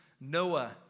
Noah